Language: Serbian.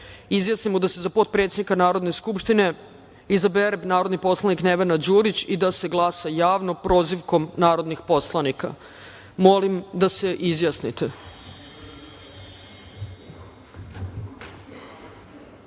izjasnimo da se za potpredsednika Narodne skupštine izabere narodni poslanik Nevena Đurić i da se glasa javno - prozivkom narodnih poslanika. Molim da se